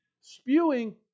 spewing